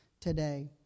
today